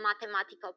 mathematical